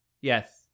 Yes